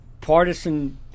partisan